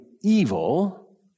evil